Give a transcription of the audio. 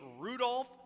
Rudolph